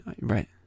right